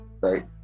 right